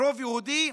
רוב יהודי.